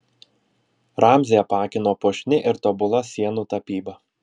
ramzį apakino puošni ir tobula sienų tapyba